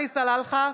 היושב-ראש,